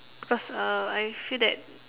because uh I feel that